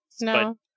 No